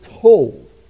told